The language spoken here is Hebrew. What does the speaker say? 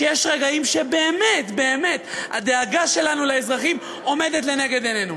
שיש רגעים שבאמת באמת הדאגה שלנו לאזרחים עומדת לנגד עינינו.